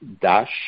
dash